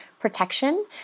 protection